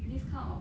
this kind of